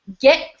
Get